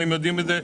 והם יודעים את זה.